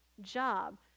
job